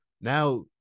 now